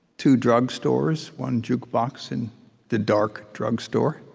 two drugstores, one jukebox in the dark drugstore,